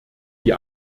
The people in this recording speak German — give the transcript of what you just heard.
die